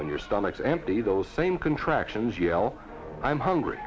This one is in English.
when your stomach is empty those same contractions yell i'm hungry